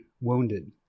wounded